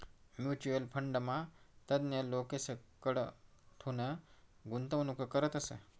mutual फंडमा तज्ञ लोकेसकडथून गुंतवणूक करतस